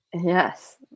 Yes